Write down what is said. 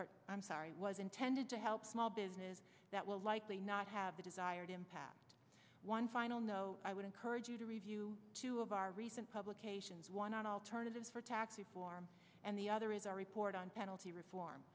designed i'm sorry was intended to help small business that will likely not have the desired impact one final note i would encourage you to review two of our recent publications one on alternatives for tax reform and the other is our report on penalty reform